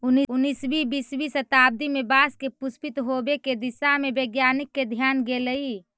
उन्नीसवीं बीसवीं शताब्दी में बाँस के पुष्पित होवे के दिशा में वैज्ञानिक के ध्यान गेलई